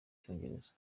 cyongereza